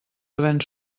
havent